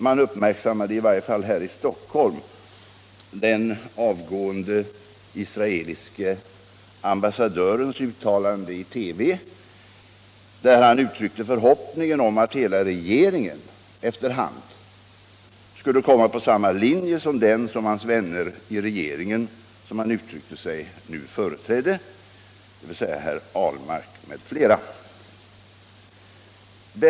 Man uppmärksammade i varje fall här i Stockholm den avgående israeliske ambassadörens uttalande i TV, där han uttryckte förhoppningen att hela regeringen efter hand skulle komma på samma linje som den som hans vänner i regeringen, som han uttryckte sig — dvs. Per Ahlmark m.fl. —- nu företrädde.